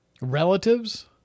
relatives